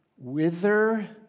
wither